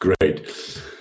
Great